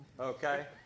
okay